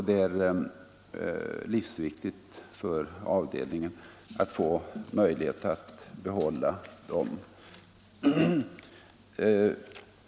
Det är livsviktigt för avdelningen att få möjlighet att behålla dem.